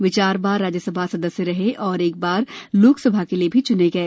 वे चार बार राज्यसभा सदस्य रहे और एक बार लोकसभा के लिए भी चुने गए